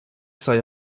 sei